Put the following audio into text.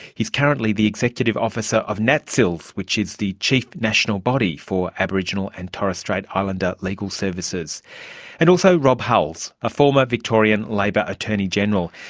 he is currently the executive officer of natsils, which is the chief national body for aboriginal and torres strait islander legal services and also rob hulls, a former victorian labor attorney general.